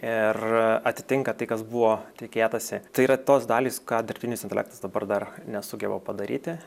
ir atitinka tai kas buvo tikėtasi tai yra tos dalys ką dirbtinis intelektas dabar dar nesugeba padaryti